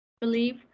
believe